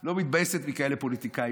לא מתבאסת מכאלה פוליטיקאים.